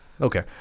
okay